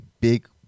big